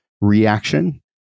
reaction